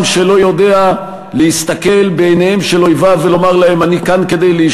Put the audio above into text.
עם שלא יודע להסתכל בעיניהם של אויביו ולומר